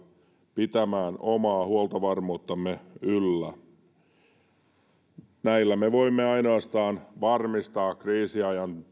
pitämään omaa huoltovarmuuttamme yllä ainoastaan sillä me voimme varmistaa kriisiajan